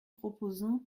proposons